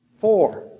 Four